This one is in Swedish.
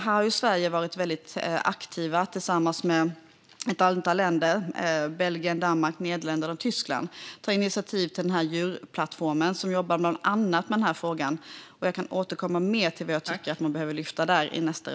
Här har Sverige varit väldigt aktiva tillsammans med ett antal länder - Belgien, Danmark, Nederländerna och Tyskland. Man har tagit initiativ till djurplattformen, som bland annat jobbar med denna fråga. Jag kan återkomma i mitt nästa anförande till vad jag tycker att man behöver lyfta där.